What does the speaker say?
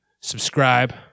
subscribe